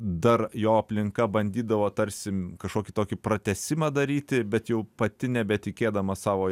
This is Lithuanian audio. dar jo aplinka bandydavo tarsi kažkokį tokį pratęsimą daryti bet jau pati nebetikėdama savo